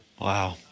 Wow